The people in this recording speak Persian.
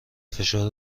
فشار